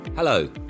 Hello